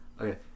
okay